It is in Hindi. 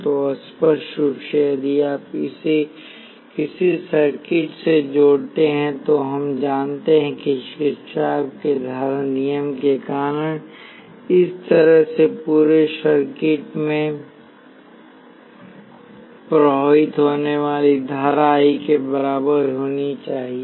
तो स्पष्ट रूप से यदि आप इसे किसी सर्किट से जोड़ते हैं तो हम जानते हैं कि किरचॉफ के धारा नियम के कारण इस तरह से पूरे सर्किट में प्रवाहित होने वाली धारा I के बराबर होनी चाहिए